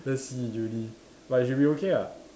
let's see in uni but should be okay ah